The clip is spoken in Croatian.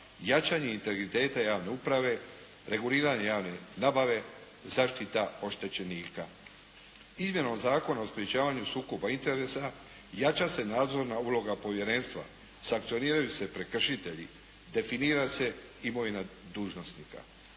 jačanje integriteta javne uprave, reguliranje javne nabave, zaštita oštećenika. Izmjenom Zakona o sprečavanju sukoba interesa jača se nadzorna uloga Povjerenstva. Sankcioniraju se prekršitelji. Definira se imovina dužnosnika.